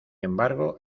embargo